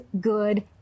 good